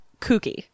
kooky